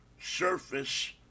surface